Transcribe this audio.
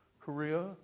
Korea